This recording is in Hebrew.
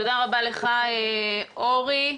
תודה רבה לך, אורי.